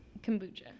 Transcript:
kombucha